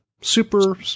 super